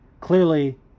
clearly